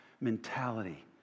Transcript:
mentality